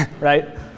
right